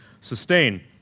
sustain